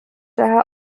daher